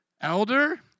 Elder